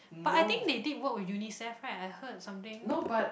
but I think they did work with Unicef right I heard something